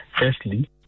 firstly